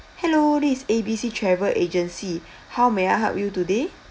hello this is A B C travel agency how may I help you today